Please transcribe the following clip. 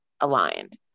aligned